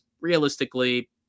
realistically